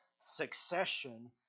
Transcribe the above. succession